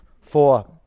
four